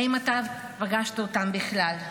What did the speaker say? האם אתה פגשת אותם בכלל?